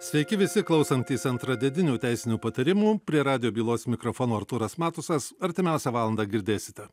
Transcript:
sveiki visi klausantys antradieninių teisinių patarimų prie radijo bylos mikrofono artūras matusas artimiausią valandą girdėsite